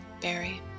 Barry